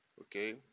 Okay